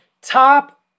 top